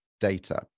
data